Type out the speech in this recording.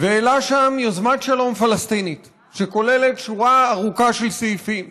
והעלה שם יוזמת שלום פלסטינית שכוללת שורה ארוכה של סעיפים.